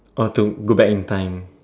or to go back in time